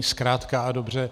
Zkrátka a dobře.